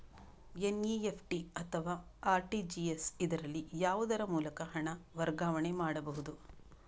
NEFT ಅಥವಾ RTGS, ಇದರಲ್ಲಿ ಯಾವುದರ ಮೂಲಕ ಹಣ ವರ್ಗಾವಣೆ ಮಾಡಬಹುದು?